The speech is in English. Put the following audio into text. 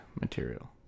material